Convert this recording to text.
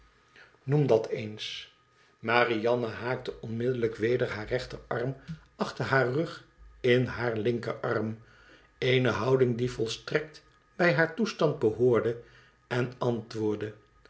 noem dat eens marianne haakte onmiddellijk weder haar rechterarm achter haar rug in haar linkerarm eene houding die volstrekt bij haar toestand behoorde en antwoordde